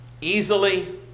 easily